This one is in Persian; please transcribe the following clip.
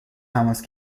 تماس